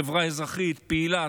חברה אזרחית פעילה,